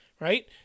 Right